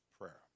prayer